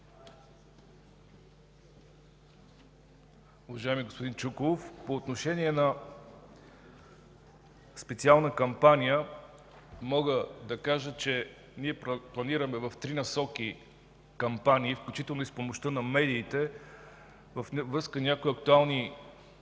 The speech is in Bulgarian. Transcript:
Уважаеми господин Чуколов, по отношение на специална кампания мога да кажа, че ние планираме кампании в три насоки, включително с помощта на медиите, във връзка с някои актуални проблеми